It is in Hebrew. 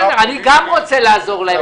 אני רוצה לעזור להם.